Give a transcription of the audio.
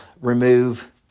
remove